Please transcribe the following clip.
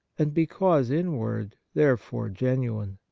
and because in ward therefore genuine.